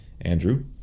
Andrew